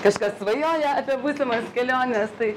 kažkas svajoja apie būsimas keliones tai